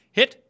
hit